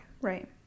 Right